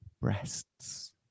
Breasts